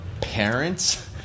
parents